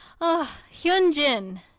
Hyunjin